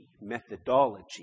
methodology